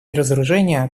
разоружения